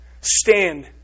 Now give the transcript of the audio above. stand